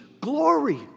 glory